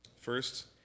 First